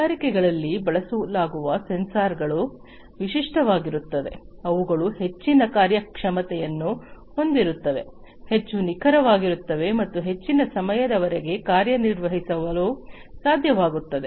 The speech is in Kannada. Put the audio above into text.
ಕೈಗಾರಿಕೆಗಳಲ್ಲಿ ಬಳಸಲಾಗುವ ಸೆನ್ಸಾರ್ಗಳು ವಿಶಿಷ್ಟವಾಗಿರುತ್ತವೆ ಅವುಗಳು ಹೆಚ್ಚಿನ ಕಾರ್ಯಕ್ಷಮತೆಯನ್ನು ಹೊಂದಿರುತ್ತವೆ ಹೆಚ್ಚು ನಿಖರವಾಗಿರುತ್ತವೆ ಮತ್ತು ಹೆಚ್ಚಿನ ಸಮಯದವರೆಗೆ ಕಾರ್ಯನಿರ್ವಹಿಸಲು ಸಾಧ್ಯವಾಗುತ್ತದೆ